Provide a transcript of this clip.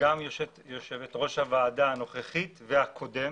ויושבת ראש הוועדה הנוכחת והקודם